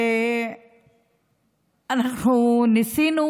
אנחנו ניסינו